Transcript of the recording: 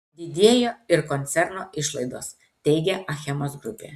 didėjo ir koncerno išlaidos teigia achemos grupė